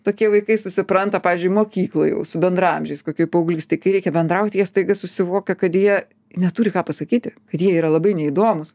tokie vaikai susipranta pavyzdžiui mokykloj jau su bendraamžiais kokioj paauglystėj kai reikia bendrauti jie staiga susivokia kad jie neturi ką pasakyti kad jie yra labai neįdomūs